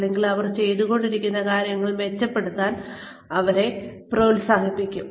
അല്ലെങ്കിൽ അവർ ചെയ്തുകൊണ്ടിരുന്ന കാര്യങ്ങൾ മെച്ചപ്പെടുത്താൻ അവരെ പ്രോത്സാഹിപ്പിക്കും